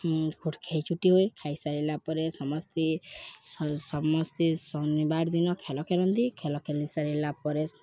ଖେଲଛୁଟି ହୋଇ ଖାଇସାରିଲା ପରେ ସମସ୍ତେ ସମସ୍ତେ ଶନିବାର ଦିନ ଖେଲ ଖେଲନ୍ତି ଖେଲ ଖେଲି ସାରିଲା ପରେ